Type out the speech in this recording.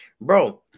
bro